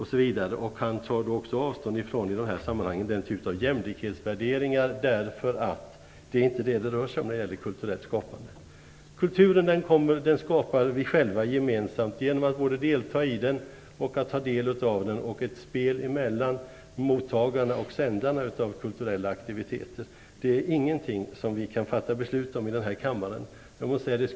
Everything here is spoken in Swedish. Han tar också i de här sammanhangen avstånd från denna typ av jämlikhetsvärderingar, därför att det är inte vad det rör sig om när det gäller kulturellt skapande. Kulturen skapar vi själva gemensamt genom att både delta i den och och ta del av den. Det är ett spel mellan mottagarna och sändarna av kulturella aktiviteter. Det är ingenting som vi kan fatta beslut om i denna kammare.